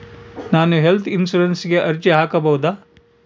ನಾನು ಹೆಲ್ತ್ ಇನ್ಶೂರೆನ್ಸಿಗೆ ಅರ್ಜಿ ಹಾಕಬಹುದಾ?